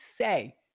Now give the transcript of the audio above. say